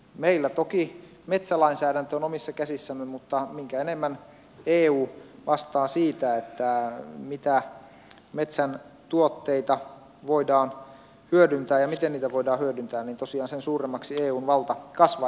meillä toki metsälainsäädäntö on omissa käsissämme mutta mitä enemmän eu vastaa siitä mitä metsän tuotteita voidaan hyödyntää ja miten niitä voidaan hyödyntää niin tosiaan sen suuremmaksi eun valta kasvaa